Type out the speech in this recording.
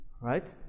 Right